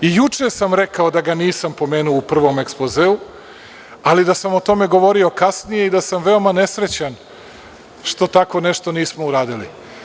I juče sam rekao da ga nisam pomenuo u prvom Ekspozeu, ali da sam o tome govorio kasnije i da sam veoma nesrećan što tako nešto nismo uradili.